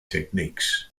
techniques